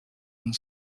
and